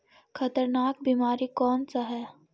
खतरनाक बीमारी कौन सा है?